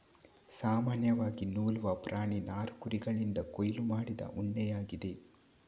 ಸಾಮಾನ್ಯವಾಗಿ ನೂಲುವ ಪ್ರಾಣಿ ನಾರು ಕುರಿಗಳಿಂದ ಕೊಯ್ಲು ಮಾಡಿದ ಉಣ್ಣೆಯಾಗಿದೆ